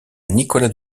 nicolas